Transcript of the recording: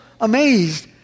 amazed